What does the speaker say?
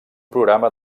programa